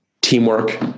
teamwork